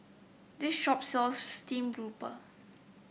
this shop sells stream grouper